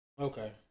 Okay